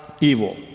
evil